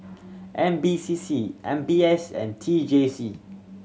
N P C C M B S and T J C